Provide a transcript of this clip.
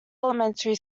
elementary